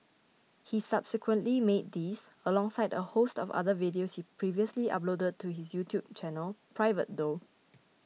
he subsequently made these alongside a host of other videos he previously uploaded to his YouTube channel private though